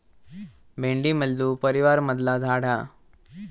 भेंडी मल्लू परीवारमधला झाड हा